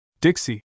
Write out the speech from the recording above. Dixie